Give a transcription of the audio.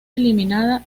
eliminada